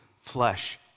flesh